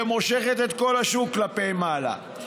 ומושכת את כל השוק כלפי מעלה.